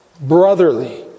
brotherly